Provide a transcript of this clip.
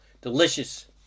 delicious